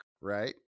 right